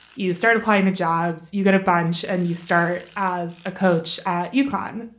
you started playing the jobs, you got a bunch and you start as a coach, you chron.